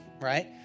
right